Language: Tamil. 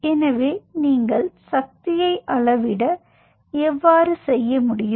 எனவே நீங்கள் சக்தியை அளவிட எவ்வாறு செய்ய முடியும்